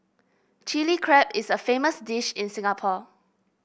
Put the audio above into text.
Chilli Crab is a famous dish in Singapore